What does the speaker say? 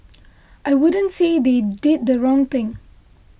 I wouldn't say they did the wrong thing